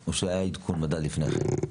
או שהיה עדכון מדד לפני כן?